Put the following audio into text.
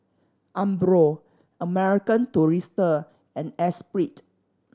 Umbro American Tourister and Esprit